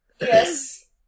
Yes